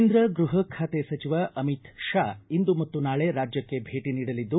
ಕೇಂದ್ರ ಗೃಹ ಖಾತೆ ಸಚಿವ ಅಮಿತ್ ಶಹಾ ಇಂದು ಮತ್ತೆ ನಾಳೆ ರಾಜ್ಯಕ್ಷೆ ಭೇಟಿ ನೀಡಲಿದ್ದು